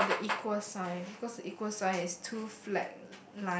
how about the equal sign because the equal sign is too flat